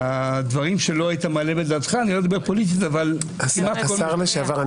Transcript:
הדברים שלא היית מעלה בדעתך אני לא מדבר פוליטית -- השר לשעבר,